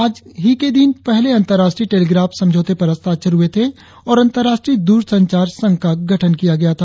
आज ही के दिन पहले अंतर्राष्ट्रीय टेलीग्राफ समझौते पर हस्ताक्षर हुए थे और अंतर्राष्ट्रीय दूरसंचार संघ का गठन किया गया था